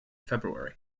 february